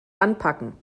anpacken